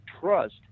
trust